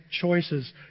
choices